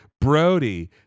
Brody